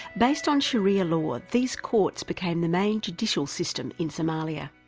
based on sharia law, these courts became the main judicial system in somalia.